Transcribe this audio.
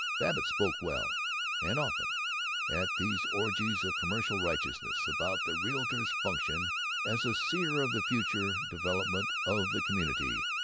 babbitt spoke well and often at these orgies of commercial righteousness about the realtor's function as a seer of the future development of the community,